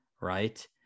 right